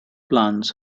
plans